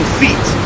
feet